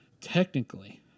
technically